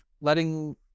letting